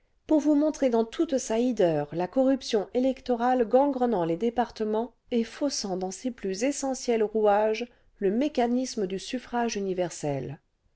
pour vous montrer dans foute sa hideur la corruption électorale gangrenant les départements et faussant dans ses plus essentiels rouages le mécanisme du suffrage universel